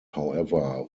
however